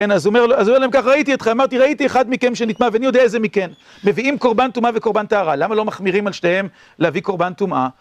כן, אז הוא אומר להם, כך ראיתי אתכם, אמרתי, ראיתי אחד מכם שנטמע, ואני יודע איזה מכם מביאים קורבן טומעה וקורבן טהרה. למה לא מחמירים על שניהם להביא קורבן טומעה?